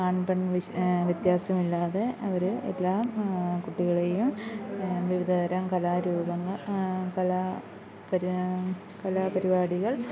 ആണ് പെണ് വ്യത്യാസമില്ലാതെ അവർ എല്ലാ കുട്ടികളെയും വിവിധ തരം കലാരൂപങ്ങള് കലാ പരി കലാപരിപാടികള്